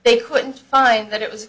they couldn't find that it was